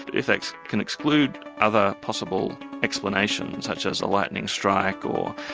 if it can exclude other possible explanations, such as a lightning strike or